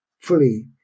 fully